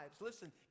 listen